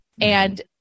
and-